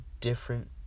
different